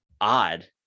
odd